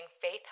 faith